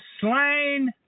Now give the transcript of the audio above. slain